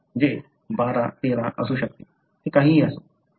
जे 12 13 असू शकते ते काहीही असो